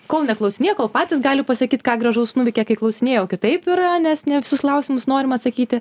kol neklausinėji kol patys gali pasakyt ką gražaus nuveikė kai klausinėji jau kitaip yra nes ne visus klausimus norima atsakyti